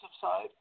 side